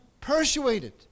persuaded